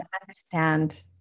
understand